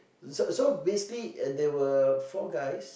so so basically there were four guys